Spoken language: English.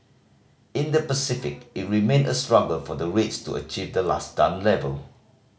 in the Pacific it remained a struggle for the rates to achieve the last done level